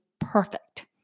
perfect